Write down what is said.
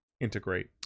Integrate